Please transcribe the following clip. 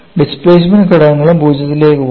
displacement ഘടകങ്ങളും 0 ലേക്ക് പോകുന്നു